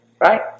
Right